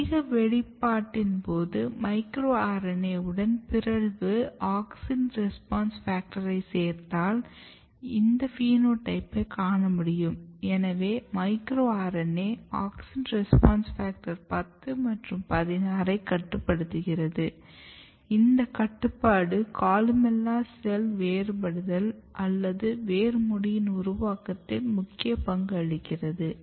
அதிக வெளிப்பாட்டின்போது micro RNA வுடன் பிறழ்வு AUXIN RESPONSE FACTOR ஐ சேர்த்தால் இந்த பினோடைப்பை காணமுடியாது எனவே micro RNA AUXIN RESPONSE FACTOR 10 மற்றும் 16ஐ கட்டுப்படுத்துகிறது இந்த கட்டுப்பாடு கொலுமெல்லா செல் வேறுபடுதல் அல்லது வேர் மூடி உருவாக்குவதில் முக்கிய பங்களிக்கிறது